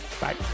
bye